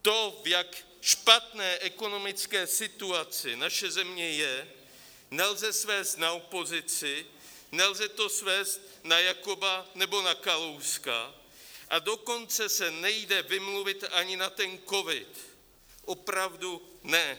To, v jak špatné ekonomické situaci naše země je, nelze svést na opozici, nelze to svést na Jakoba nebo na Kalouska, a dokonce se nejde vymluvit ani na covid, opravdu ne.